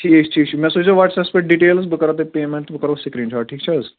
ٹھیٖک چھُ ٹھیٖک چھُ مےٚ سوٗزیو وٹٕسیپس پٮ۪ٹھ ڈِٹیٚلٕز بہٕ کرو تۄہہِ پیمٮ۪نٛٹ تہٕ بہٕ کرو سِکریٖن شاٹ ٹھیٖک چھِ حظ